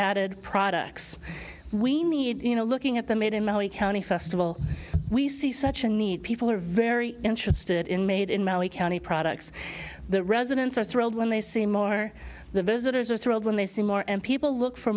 added products we need you know looking at the made in maui county festival we see such a need people are very interested in made in maui county products the residents are thrilled when they see more the visitors are thrilled when they see more and people look for